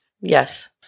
Yes